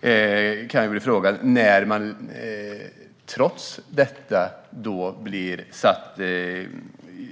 Det kan bli frågan när man trots detta blir satt